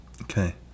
Okay